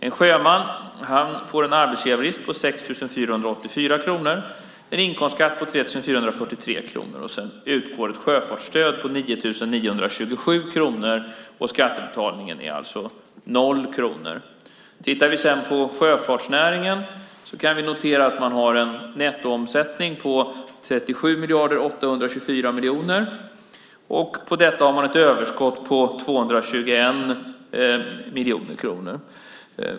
En sjöman får en arbetsgivaravgift på 6 484 kronor, en inkomstskatt på 3 443 kronor. Sedan utgår ett sjöfartsstöd på 9 927 kronor, och skattebetalningen är alltså noll kronor. Tittar vi sedan på sjöfartsnäringen kan vi notera att man har en nettoomsättning på 37 824 000 000 kronor. På detta har man ett överskott på 221 miljoner kronor.